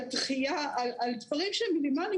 על דחייה ועל דברים שהם מינימליים,